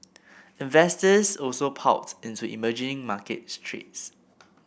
investors also piled into emerging market trades